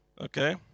okay